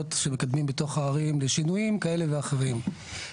שמקדמים בתוך הערים לשינויים כאלה ואחרים.